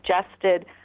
suggested